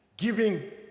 Giving